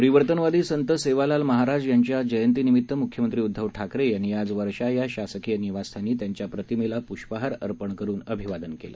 परिवर्तनवादी संत सेवालाल महाराज यांना जयंतीनिमित्त मुख्यमंत्री उद्धव ठाकरे यांनी आज वर्षा या शासकीय निवासस्थानी त्यांच्या प्रतिमेला पुष्पहार अर्पण करून अभिवादन केलं